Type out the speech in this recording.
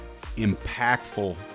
impactful